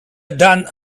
done